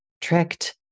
tricked